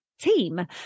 team